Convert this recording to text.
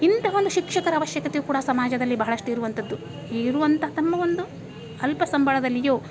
ಇಂಥ ಒಂದು ಶಿಕ್ಷಕರ ಅವಶ್ಯಕತೆ ಕೂಡ ಸಮಾಜದಲ್ಲಿ ಬಹಳಷ್ಟು ಇರುವಂಥದ್ದು ಇರುವಂಥ ತಮ್ಮ ಒಂದು ಅಲ್ಪ ಸಂಬಳದಲ್ಲಿಯೋ